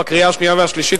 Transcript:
בקריאה השנייה והשלישית,